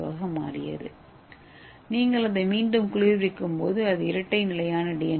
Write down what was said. ஏவாக மாறியது நீங்கள் அதை மீண்டும் குளிர்விக்கும்போது அது இரட்டை நிலையான டி